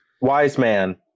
Wiseman